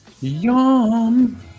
Yum